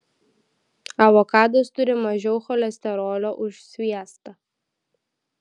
avokadas turi mažiau cholesterolio už sviestą